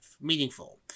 meaningful